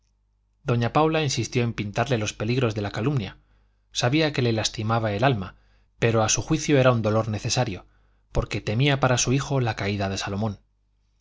doña paula insistió en pintarle los peligros de la calumnia sabía que le lastimaba el alma pero a su juicio era un dolor necesario porque temía para su hijo la caída de salomón